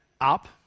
up